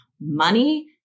money